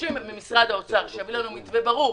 דורשים ממשרד האוצר שיביא לנו מתווה ברור